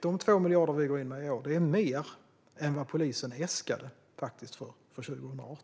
De 2 miljarder som vi går in med i år är faktiskt mer än vad polisen äskade för 2018.